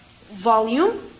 volume